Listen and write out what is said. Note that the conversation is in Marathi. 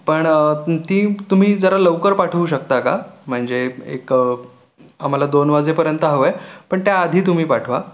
पण ती तुम्ही जरा लवकर पाठवू शकता का म्हणजे एक आम्हाला दोन वाजेपर्यंत हवं आहे पण त्या आधी तुम्ही पाठवा